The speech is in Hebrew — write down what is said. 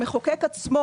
המחוקק עצמו,